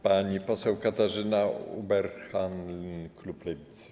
Pani poseł Katarzyna Ueberhan, klub Lewicy.